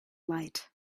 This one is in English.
light